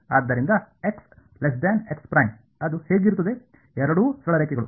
ಆದ್ದರಿಂದ ಅದು ಹೇಗಿರುತ್ತದೆ ಎರಡೂ ಸರಳ ರೇಖೆಗಳು